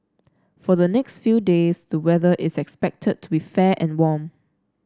for the next few days the weather is expected to be fair and warm